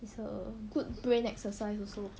it's a good brain exercise also